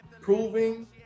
proving